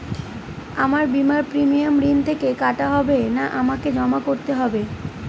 আমার বিমার প্রিমিয়াম ঋণ থেকে কাটা হবে না আমাকে জমা করতে হবে?